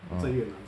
mm